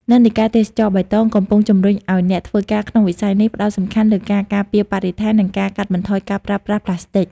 និន្នាការ "ទេសចរណ៍បៃតង" កំពុងជំរុញឱ្យអ្នកធ្វើការក្នុងវិស័យនេះផ្តោតសំខាន់លើការការពារបរិស្ថាន និងការកាត់បន្ថយការប្រើប្រាស់ផ្លាស្ទិក។